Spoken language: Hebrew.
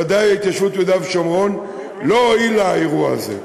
ודאי ההתיישבות ביהודה ושומרון לא הועיל לה האירוע הזה.